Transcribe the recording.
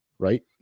Right